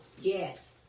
Yes